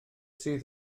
sydd